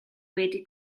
wedi